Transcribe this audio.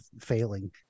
failing